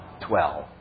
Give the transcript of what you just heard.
Twelve